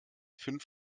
fünf